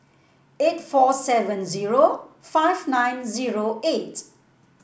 eight four seven zero five nine zero eight